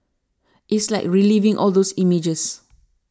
it's like reliving all those images